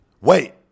wait